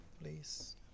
please